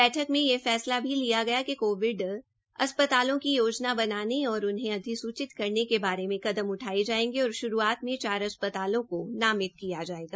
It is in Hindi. बैठक में यह फैसला भी लिया गया कि कोविड अस्पतालों की योजना बनाने और उन्हें अधिसूचित करने के बारे में कदम उठायें जायेंगे और श्रूआत में चार अस्पतालों को नामित किया जायेगा